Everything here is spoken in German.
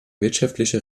wirtschaftliche